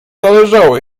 zależało